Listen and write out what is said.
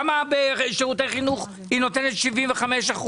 למה בשירותי חינוך היא נותנת 75%?